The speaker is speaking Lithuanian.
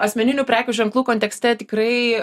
asmeninių prekių ženklų kontekste tikrai